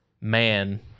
Man